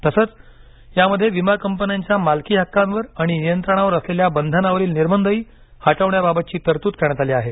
तसंच यामध्ये विमा कंपन्यांच्या मालकी हक्कांवर आणि नियंत्रणावर असलेल्या बंधनावरील निर्बंधही हटवण्यातची तरतूद करण्यात आली आहे